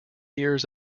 years